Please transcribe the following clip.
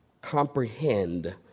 comprehend